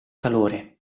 calore